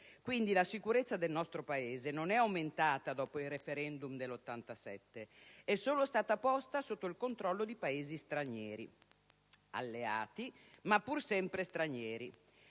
Quindi, la sicurezza del nostro Paese non è aumentata dopo il *referendum* del 1987 ma è solo stata posta sotto il controllo di Paesi stranieri: alleati ma pur sempre stranieri.